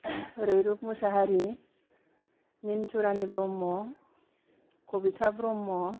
रैरुब मोसाहारी मिन्थुरानि ब्रह्म कबिता ब्रह्म